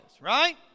right